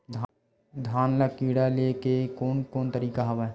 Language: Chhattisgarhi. धान ल कीड़ा ले के कोन कोन तरीका हवय?